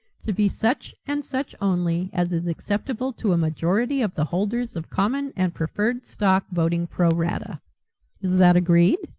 to be such and such only as is acceptable to a majority of the holders of common and preferred stock voting pro rata is that agreed?